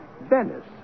Venice